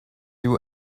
you